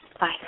Bye